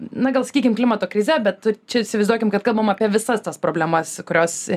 na gal sakykim klimato krize bet čia įsivaizduokim kad kalbam apie visas tas problemas kurios